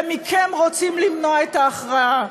ומכם רוצים למנוע את ההכרעה.